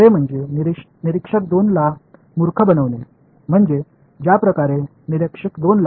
எனவே பார்வையாளர் 2 க்கு தெரியாத வகையில் பார்வையாளர் 2 ஐ முட்டாளாக்கும் விளையாட்டு